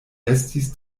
estis